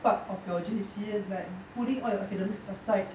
part of your J_C like putting all your academic aside